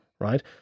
right